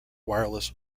wireless